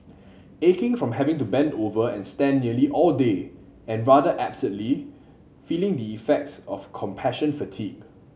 aching from having to bend over and stand nearly all day and rather absurdly feeling the effects of compassion fatigue